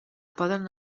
poden